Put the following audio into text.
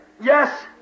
Yes